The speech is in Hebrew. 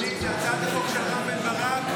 זו הצעת החוק של רם בן ברק?